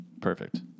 Perfect